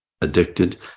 addicted